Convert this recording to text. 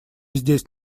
здесь